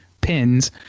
pins